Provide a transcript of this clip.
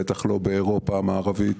בטח לא באירופה המערבית.